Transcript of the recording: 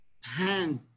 hand